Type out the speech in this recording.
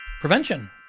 prevention